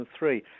2003